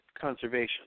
conservation